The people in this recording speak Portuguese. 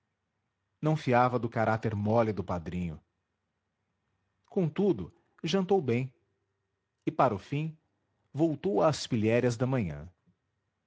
não fiava do caráter mole do padrinho contudo jantou bem e para o fim voltou às pilhérias da manhã